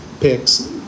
picks